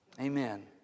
Amen